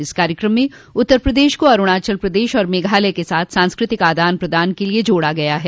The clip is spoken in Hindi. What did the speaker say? इस कार्यक्रम में उत्तर प्रदेश को अरुणाचल प्रदेश और मेघालय के साथ सांस्कृतिक आदान प्रदान के लिए जोड़ा गया है